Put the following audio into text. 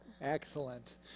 Excellent